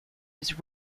his